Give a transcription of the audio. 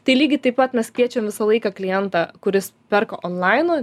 tai lygiai taip pat mes kviečiam visą laiką klientą kuris perka onlainu